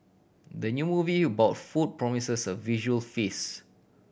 the new movie about food promises a visual feast